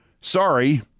sorry